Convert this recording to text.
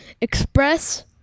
express